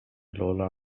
lola